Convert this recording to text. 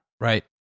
Right